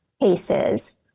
cases